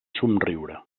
somriure